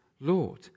Lord